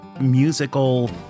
musical